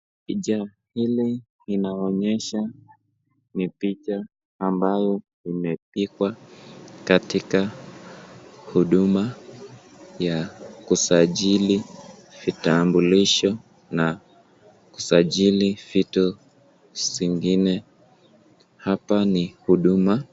Picha hili linaonyesha ni picha ambayo imepigwa katika huduma ya kusajili vitambulisho na kusajili vitu zingine. Hapa ni huduma.